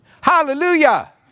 hallelujah